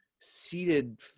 seated